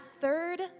third